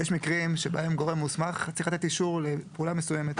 יש מקרים שבהם גורם מוסמך צריך לתת אישור לפעולה מסוימת.